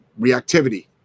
reactivity